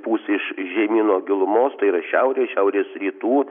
pūs iš žemyno gilumos tai yra šiaurės šiaurės rytų